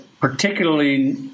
particularly